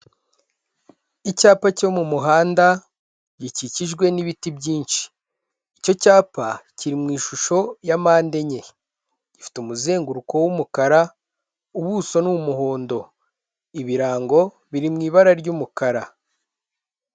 Icyapa cyo mu muhanda gikikijwe n'ibiti byinshi, icyo cyapa kiri mu ishusho ya mpande enye, gifite umuzenguruko w'umukara, ubuso ni umuhondo, ibirango biri mu ibara ry'umukara.